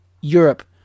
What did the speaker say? Europe